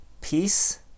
peace